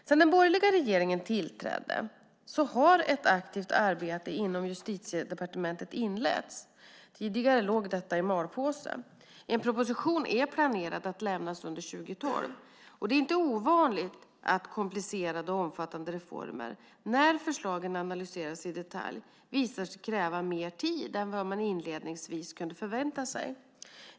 Sedan den borgerliga regeringen tillträdde har ett aktivt arbete inom Justitiedepartementet inletts. Tidigare låg detta i malpåse. En proposition är planerad att lämnas under 2012. Det är inte ovanligt att komplicerade och omfattande reformer, när förslagen analyseras i detalj, visar sig kräva mer tid än vad man inledningsvis kunde förvänta sig.